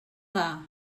dda